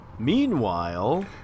Meanwhile